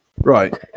Right